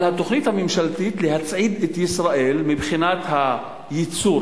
על התוכנית הממשלתית להצעיד את ישראל מבחינת הייצור,